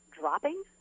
dropping